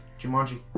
Jumanji